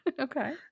Okay